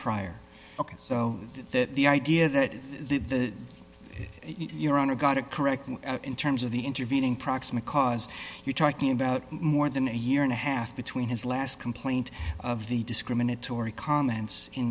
prior so that the idea that the your owner got it correct in terms of the intervening proximate cause you're talking about more than a year and a half between his last complaint of the discriminatory comments in